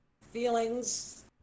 feelings